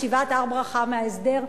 ישיבת "הר-ברכה" מההסדר,